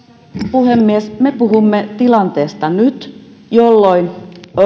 puhemies me puhumme nyt siitä tilanteesta että